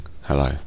Hello